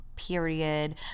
Period